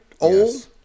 Old